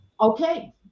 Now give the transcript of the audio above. Okay